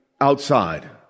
outside